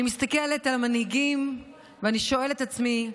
אני מסתכלת על המנהיגים ואני שואלת את עצמי: